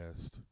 best